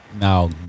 now